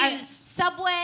Subway